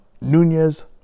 Nunez